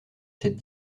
cette